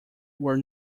were